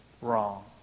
wrong